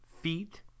feet